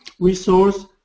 resource